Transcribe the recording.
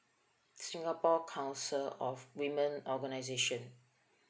singapore council of women organization